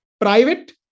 private